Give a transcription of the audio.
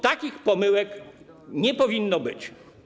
Takich pomyłek nie powinno być.